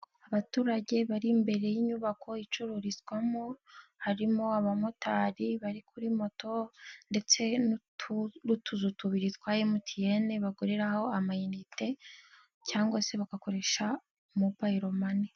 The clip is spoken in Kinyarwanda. Abaturage bari imbere y'inyubako icururizwamo. Harimo abamotari bari kuri moto ndetse n'utuzu tubiri twa MTN baguraho amayinite cyangwa se bagakoresha Mobile Money.